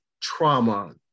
trauma